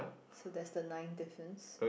so that's the ninth difference